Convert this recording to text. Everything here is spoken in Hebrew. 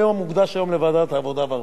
למה?